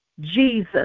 Jesus